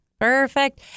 Perfect